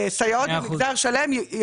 סייעות במגזר שלם,